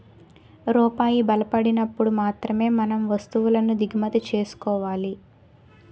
రూపాయి బలపడినప్పుడు మాత్రమే మనం వస్తువులను దిగుమతి చేసుకోవాలి